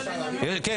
כן,